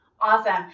Awesome